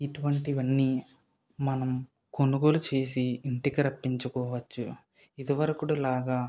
ఇటువంటివన్ని మనం కొనుగొలు చేసి ఇంటికి రప్పించుకోవచ్చు ఇదివరకటిలాగా